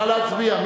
נא להצביע.